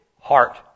heart